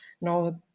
no